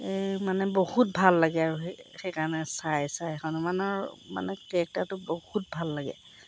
এই মানে বহুত ভাল লাগে আৰু সে সেইকাণে চাই চাই হনুমানৰ মানে কেৰেক্টাৰটো বহুত ভাল লাগে